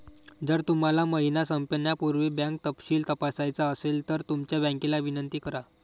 जर तुम्हाला महिना संपण्यापूर्वी बँक तपशील तपासायचा असेल तर तुमच्या बँकेला विनंती करा